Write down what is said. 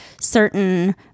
certain